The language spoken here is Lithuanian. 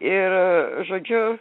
ir žodžiu